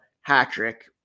hat-trick